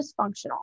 dysfunctional